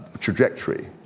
trajectory